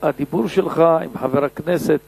הדיבור שלך עם חבר הכנסת